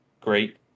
Great